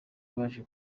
baje